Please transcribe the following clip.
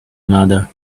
another